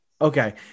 Okay